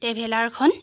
ট্ৰেভেলাৰখন